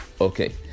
okay